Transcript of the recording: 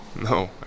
No